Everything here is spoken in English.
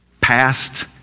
Past